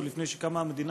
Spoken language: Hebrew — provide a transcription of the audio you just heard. עוד לפני שקמה המדינה,